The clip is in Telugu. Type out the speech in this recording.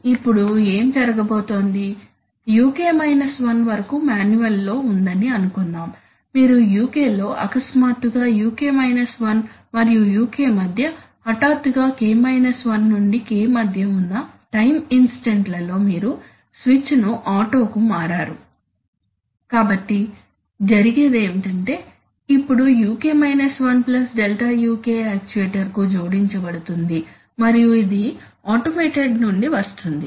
ఇప్పుడు ఏమి జరగబోతోంది UK 1 వరకు మాన్యువల్లో ఉందని అనుకుందాం మీరు UK లో అకస్మాత్తుగా UK 1 మరియు UK మధ్య హఠాత్తుగా K 1 నుండి K మధ్య ఉన్న టైం ఇన్స్టంట్ లలో మీరు స్విచ్ ను ఆటోకు మారారు కాబట్టి జరిగేది ఏమిటంటే ఇప్పుడు UK 1 ప్లస్ ΔUK యక్చుయేటర్కు జోడించబడుతుంది మరియు ఇది ఆటో మోడ్ నుండి వస్తుంది